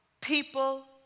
people